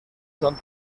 son